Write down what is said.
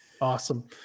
Awesome